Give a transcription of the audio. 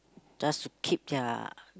just to keep their